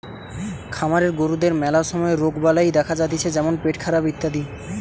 খামারের গরুদের ম্যালা সময় রোগবালাই দেখা যাতিছে যেমন পেটখারাপ ইত্যাদি